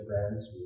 friends